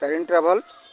Tarini travels